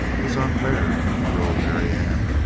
it's unfair! shrilled marianne.